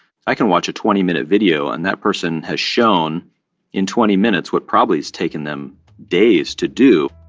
i can watch a twenty minute video and that person has shown in twenty minutes what probably has taken them days to do.